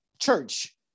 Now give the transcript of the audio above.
church